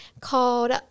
called